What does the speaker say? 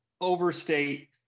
overstate